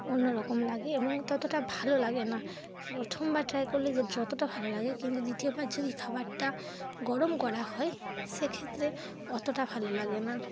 অন্য রকম লাগে এবং ততটা ভালো লাগে না প্রথমবার ট্রাই করলে যে যতটা ভালো লাগে কিন্তু দ্বিতীয়বার যদি খাবারটা গরম করা হয় সেক্ষেত্রে অতটা ভালো লাগে না